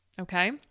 Okay